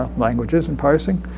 languages and parsing.